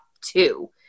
two